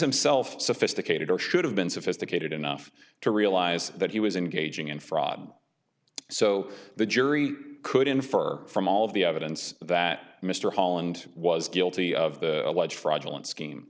himself sophisticated or should have been sophisticated enough to realize that he was engaging in fraud so the jury could infer from all of the evidence that mr holland was guilty of the alleged fraudulent scheme